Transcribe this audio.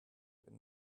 and